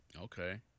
Okay